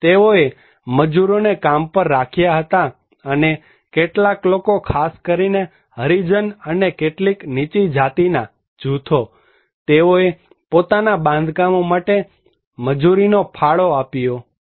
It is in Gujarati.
તેઓએ મજૂરોને કામ પર રાખ્યા હતા અને કેટલાક લોકો ખાસ કરીને હરીજન અને કેટલીક નીચી જાતિના જૂથો તેઓએ પોતાના બાંધકામો માટે મજૂરીનો ફાળો આપ્યો